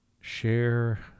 Share